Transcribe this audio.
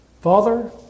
Father